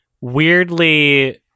weirdly